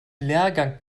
lehrgang